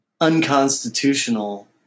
unconstitutional